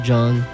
John